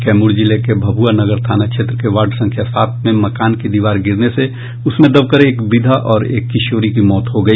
कैमूर जिले के भभुआ नगर थाना क्षेत्र के वार्ड संख्या सात में मकान की दीवार गिरने से उसमें दबकर एक वृद्वा और एक किशोरी की मौत हो गई